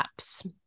apps